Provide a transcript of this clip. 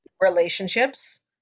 relationships